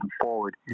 forward